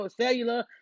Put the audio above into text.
cellular